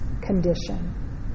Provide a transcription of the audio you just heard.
condition